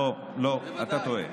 לא, לא, אתה טועה.